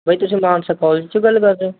ਬਾਈ ਤੁਸੀਂ ਮਾਨਸਾ ਕਾਲਜ ਚੋਂ ਗੱਲ ਕਰਦੇ ਹੋ